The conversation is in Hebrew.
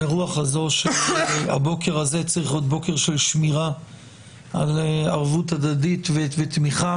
ברוח הזאת של הבוקר הזה צריך עוד בוקר של שמירה על ערבות הדדית ותמיכה.